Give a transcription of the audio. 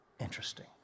Interesting